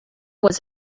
was